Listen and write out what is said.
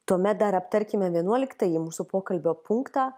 tuomet dar aptarkime vienuoliktąjį mūsų pokalbio punktą